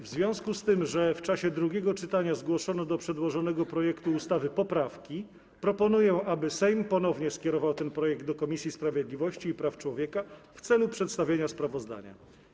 W związku z tym, że w czasie drugiego czytania zgłoszono do przedłożonego projektu ustawy poprawki, proponuję, aby Sejm ponownie skierował ten projekt do Komisji Sprawiedliwości i Praw Człowieka w celu przedstawienia sprawozdania.